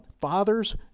Fathers